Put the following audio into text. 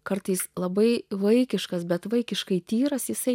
kartais labai vaikiškas bet vaikiškai tyras jisai